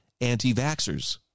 anti-vaxxers